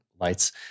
lights